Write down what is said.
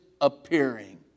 appearing